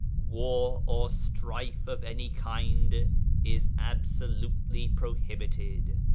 war or strife of any kind is absolutely pro hibited.